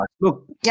Look